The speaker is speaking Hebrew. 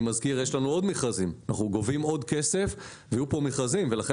מזכיר שיש לנו עוד מכרזים ואנחנו גובים עוד כסף ויהיו כאן מכרזים ולכן